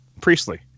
Priestley